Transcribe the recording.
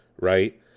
right